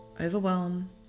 Overwhelm